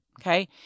Okay